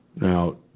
Now